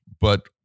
But-